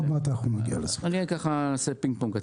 אתה מדבר על רחפנים,